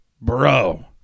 bro